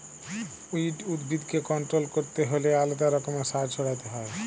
weed উদ্ভিদকে control ক্যরতে হ্যলে আলেদা রকমের সার ছড়াতে হ্যয়